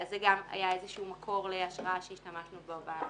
זה היה איזשהו מקור להשראה שהשתמשנו בו בסעיף.